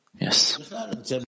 Yes